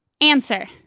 answer